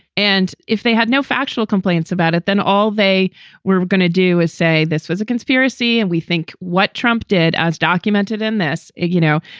and if they had no factual complaints about it, then all they were gonna do is say this was a conspiracy. and we think what trump did, as documented in this ig, you know,